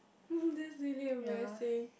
that's really embarrassing